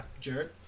Jared